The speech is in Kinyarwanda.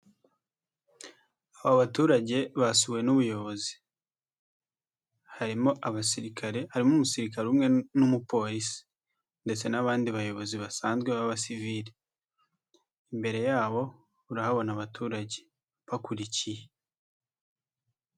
Aba baturage basuwe n'ubuyobozi harimo abasirikare, harimo umusirikare umwe n'umupolisi ndetse n'abandi bayobozi basanzwe b'abasiviri, imbere yabo urahabona abaturage bakurikiye.